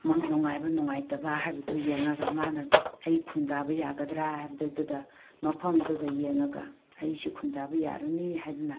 ꯃꯪ ꯅꯨꯡꯉꯥꯏꯕ ꯅꯨꯡꯉꯥꯏꯇꯕ ꯍꯥꯏꯕꯗꯨ ꯌꯦꯡꯉꯒ ꯃꯥꯅ ꯑꯩ ꯈꯨꯟꯗꯥꯕ ꯌꯥꯒꯗ꯭ꯔꯥ ꯍꯥꯏꯕꯗꯨ ꯑꯗꯨꯗ ꯃꯐꯝꯗꯨꯗ ꯌꯦꯡꯉꯒ ꯑꯩꯁꯤ ꯈꯨꯟꯗꯥꯕ ꯌꯥꯔꯅꯤ ꯍꯥꯏꯗꯅ